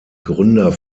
gründer